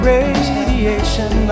Radiation